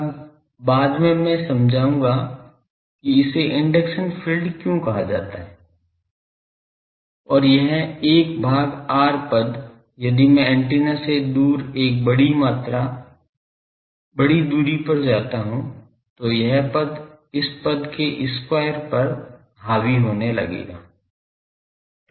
अब बाद में मैं समझाऊंगा कि इसे इंडक्शन फील्ड क्यों कहा जाता है और यह 1 भाग r पद यदि मैं एंटीना से दूर एक बड़ी दूरी पर जाता हूं तो यह पद इस पद के square पर हावी होने लगेगा